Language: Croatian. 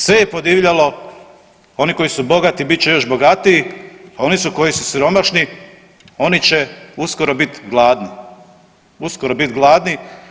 Sve je podivljalo, oni koji su bogati bit će još bogatiji, a oni koji su siromašni oni će uskoro biti gladni, uskoro biti gladni.